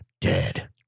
dead